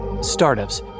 Startups